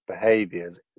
behaviors